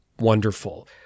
wonderful